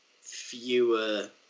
fewer